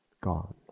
gone